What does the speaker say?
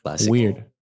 Weird